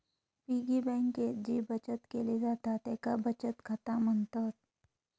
piggy बँकेत जी बचत केली जाता तेका बचत खाता म्हणतत